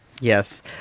Yes